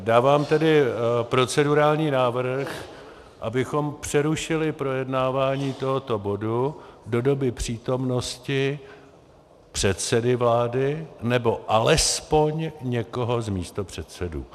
Dávám tedy procedurální návrh, abychom přerušili projednávání tohoto bodu do doby přítomnosti předsedy vlády, nebo alespoň někoho z místopředsedů.